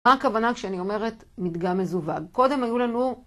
מה הכוונה כשאני אומרת מדגם מזווג? קודם היו לנו...